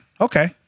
Okay